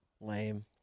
Lame